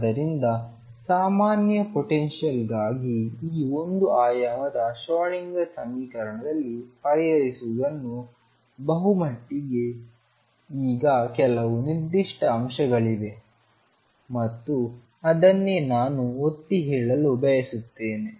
ಆದ್ದರಿಂದ ಸಾಮಾನ್ಯ ಪೊಟೆನ್ಶಿಯಲ್ ಗಾಗಿ ಈ ಒಂದು ಆಯಾಮದ ಶ್ರೋಡಿಂಗರ್ ಸಮೀಕರಣದಲ್ಲಿ ಪರಿಹರಿಸಿರುವುದರಲ್ಲಿ ಬಹುಮಟ್ಟಿಗೆ ಈಗ ಕೆಲವು ನಿರ್ದಿಷ್ಟ ಅಂಶಗಳಿವೆ ಮತ್ತು ಅದನ್ನೇ ನಾನು ಒತ್ತಿ ಹೇಳಲು ಬಯಸುತ್ತೇನೆ